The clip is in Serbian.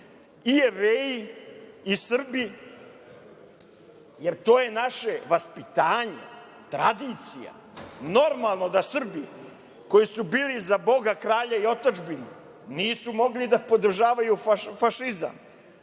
Jevreji i Srbi, jer to je naše vaspitanje, tradicija. Normalno da Srbi koji su bili za boga, kralja i otadžbinu nisu mogli da podržavaju fašizam,